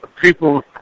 people